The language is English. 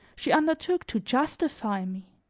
she undertook to justify me.